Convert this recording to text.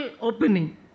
opening